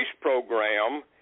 program